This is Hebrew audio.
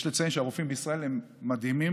יש לציין שהרופאים בישראל הם מדהימים